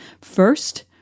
First